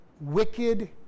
wicked